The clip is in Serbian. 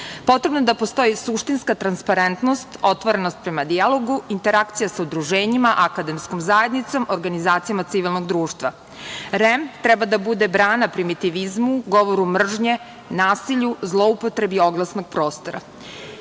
Potrebno je da postoji suštinska transparentnost, otvorenost prema dijalogu, interakcija sa udruženjima, akademskom zajednicom, organizacijama civilnog društva. Regulatorno telo za elektronske medije treba da bude brana primitivizmu, govoru mržnje, nasilju, zloupotrebi oglasnog prostora. Jedan